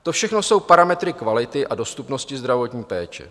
To všechno jsou parametry kvality a dostupnosti zdravotní péče.